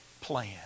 plan